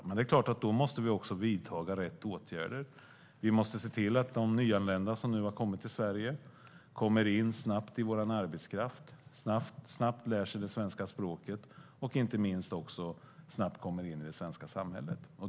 Men det är klart att då måste vi också vidta rätt åtgärder. Vi måste se till att de nyanlända som nu har kommit till Sverige kommer in snabbt i vår arbetskraft, snabbt lär sig det svenska språket och inte minst också snabbt kommer in i det svenska samhället.